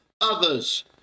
others